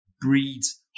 breeds